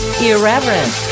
irreverent